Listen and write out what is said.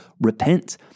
repent